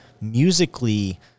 Musically